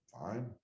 Fine